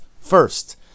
first